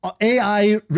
AI